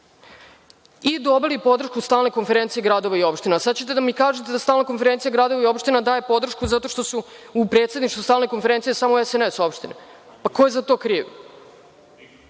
i dobili smo podršku Stalne konferencije gradova i opština. Sada će da nam kažete da Stalna konferencija gradova i opština daje podršku zato što su u predsedništvu Stalne konferencije samo SNS opštine? Ko je za to kriv?